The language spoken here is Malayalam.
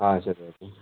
ആ ശരി ശരി